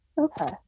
okay